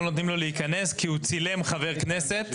לא נותנים לו להיכנס כי הוא צילם חבר כנסת,